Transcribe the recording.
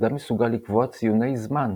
אדם מסוגל לקבוע ציוני זמן,